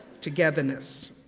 Togetherness